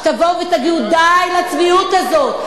שתבואו ותגידו: די לצביעות הזאת.